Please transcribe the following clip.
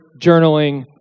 journaling